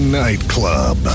nightclub